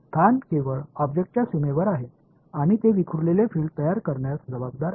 स्थान केवळ ऑब्जेक्टच्या सीमेवर आहे आणि ते विखुरलेले फील्ड तयार करण्यास जबाबदार आहेत